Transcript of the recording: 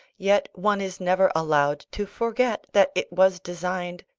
yet one is never allowed to forget that it was designed,